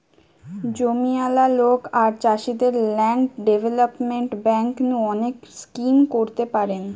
জমিয়ালা লোক আর চাষীদের ল্যান্ড ডেভেলপমেন্ট বেঙ্ক নু অনেক স্কিম করতে পারেন